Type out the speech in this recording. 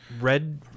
Red